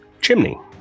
chimney